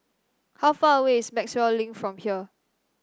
how far away is Maxwell Link from here